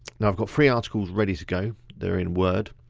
now i've got free articles ready to go. they're in word.